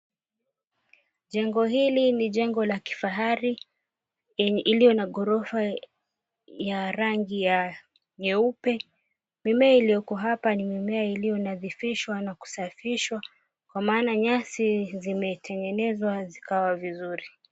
Jengo hili ni jengo la kifahari iliyo na ghorofa ya rangi ya nyeupe. Mimea iliyoko hapa ni mimea iliyonadhifishwa na kusafishwa kwa maana nyasi zimetengenezwa zikawa vizuri.